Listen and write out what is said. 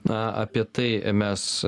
na apie tai mes